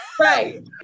Right